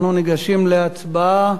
אנחנו ניגשים להצבעה